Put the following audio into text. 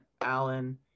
Allen